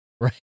Right